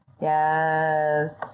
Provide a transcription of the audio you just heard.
Yes